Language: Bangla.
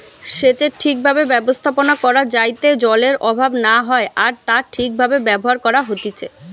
সেচের ঠিক ভাবে ব্যবস্থাপনা করা যাইতে জলের অভাব না হয় আর তা ঠিক ভাবে ব্যবহার করা হতিছে